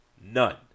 None